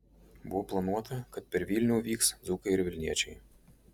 buvo planuota kad per vilnių vyks dzūkai ir vilniečiai